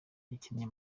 yakinnye